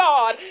God